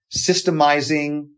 systemizing